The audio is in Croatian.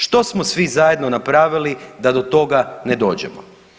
Što smo svi zajedno napravili da do toga ne dođemo?